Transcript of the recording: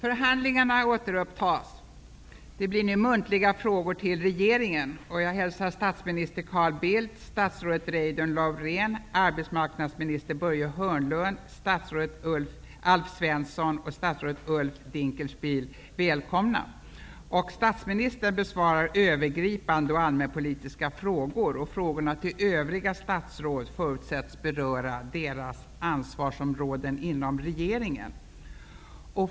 Jag hälsar statsminister Carl Bildt, statsrådet Statsministern besvarar övergripande allmänpolitiska frågor. Frågorna till övriga statsråd förutsätts beröra deras ansvarsområden inom regeringen.